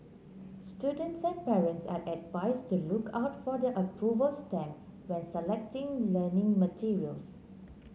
students and parents are advised to look out for the approval stamp when selecting learning materials